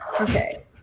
Okay